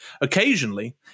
Occasionally